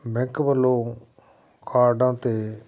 bank ਵੱਲੋਂ ਕਾਰਡਾਂ 'ਤੇ